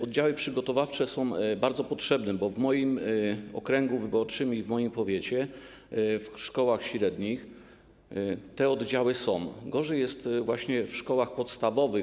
Oddziały przygotowawcze są bardzo potrzebne, bo w moim okręgu wyborczym i w moim powiecie, w szkołach średnich te oddziały są, gorzej jest w szkołach podstawowych.